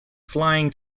flying